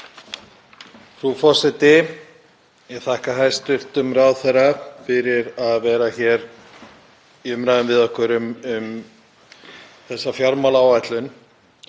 Frú forseti. Ég þakka hæstv. ráðherra fyrir að vera hér í umræðum við okkur um þessa fjármálaáætlun.